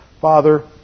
Father